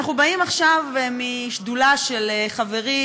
אנחנו באים עכשיו משדולה של חברי